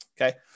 Okay